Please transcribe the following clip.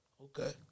Okay